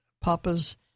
Papa's